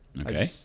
Okay